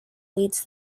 leads